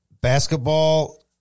basketball